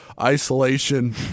isolation